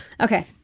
Okay